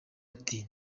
ati